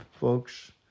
folks